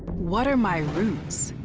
what are my roots?